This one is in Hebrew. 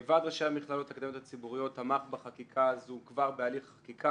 ועד ראשי המכללות האקדמיות הציבוריות תמך בחקיקה הזו כבר בהליך החקיקה.